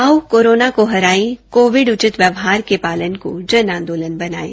आओ कोरोना को हराए कोविड उचित व्यवहार के पालन को जन आंदोलन बनायें